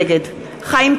נגד חיים כץ,